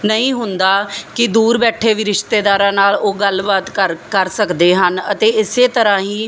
ਨਹੀਂ ਹੁੰਦਾ ਕਿ ਦੂਰ ਬੈਠੇ ਵੀ ਰਿਸ਼ਤੇਦਾਰਾਂ ਨਾਲ ਉਹ ਗੱਲਬਾਤ ਕਰ ਕਰ ਸਕਦੇ ਹਨ ਅਤੇ ਇਸੇ ਤਰ੍ਹਾਂ ਹੀ